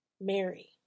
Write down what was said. Mary